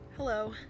Hello